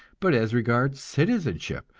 but as regards citizenship,